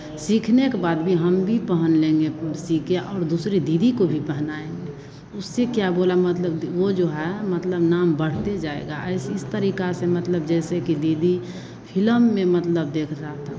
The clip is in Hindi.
सीखने के बाद भी हम भी पहन लेंगे सी के और दूसरे दीदी को भी पहनाएंगे उससे क्या बोला मतलब द वो जो है मतलब नाम बढ़ते जाएगा ऐसे इस तरीका से मतलब जैसे कि दीदी फिलम में मतलब देख रहा था